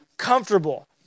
comfortable